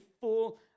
full